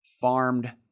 farmed